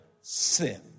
sin